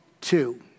two